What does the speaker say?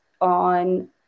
on